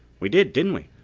we did, didn't we?